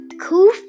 cool